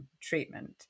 treatment